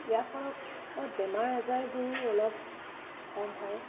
ইয়াৰ ফলত বেমাৰ আজাৰবোৰো অলপ কম হয়